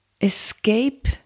escape